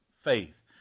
faith